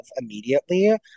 immediately